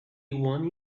one